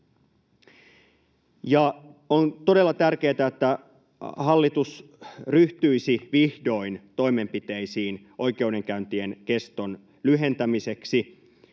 On todella tärkeätä, että hallitus ryhtyisi vihdoin toimenpiteisiin oikeudenkäyntien keston lyhentämiseksi.